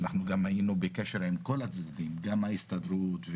אנחנו היינו בקשר עם כל הגופים גם ההסתדרות,